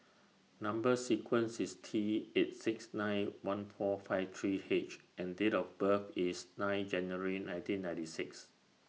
Number sequence IS T eight six nine one four five three H and Date of birth IS nine January nineteen ninety six